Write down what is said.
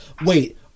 Wait